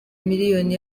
miliyoni